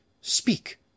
Speak